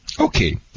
Okay